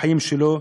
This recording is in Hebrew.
בחיים שלו,